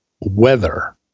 weather